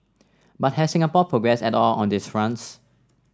but has Singapore progressed at all on these fronts